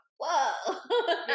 whoa